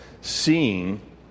seeing